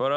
När